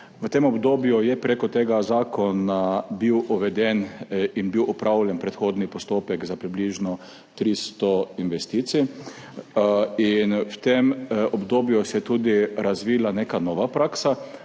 V tem obdobju je preko tega zakona bil uveden in bil opravljen predhodni postopek za približno 300 investicij in v tem obdobju se je tudi razvila neka nova praksa